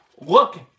Look